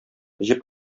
җеп